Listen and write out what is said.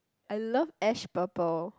I love ash purple